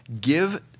give